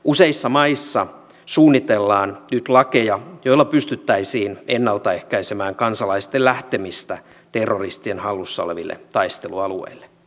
useissa maissa suunnitellaan nyt lakeja joilla pystyttäisiin ennalta ehkäisemään kansalaisten lähtemistä terroristien hallussa oleville taistelualueille